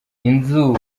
inzu